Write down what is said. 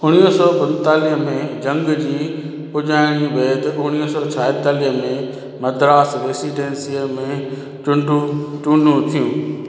उणिवीह सौ पंजतालीह में जंग जी पुजा॒यणी बैदि उणिवाह सौ छाहेतालीह में मद्रास रेसीडेंसीअ में चूंडूं चूनूं थियूं